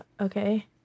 Okay